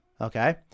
okay